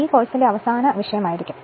ഈ കോഴ്സിന്റെ അവസാന വിഷയം ആയിരിക്കും